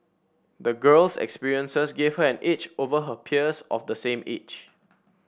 the girl's experiences gave her an edge over her peers of the same age